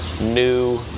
new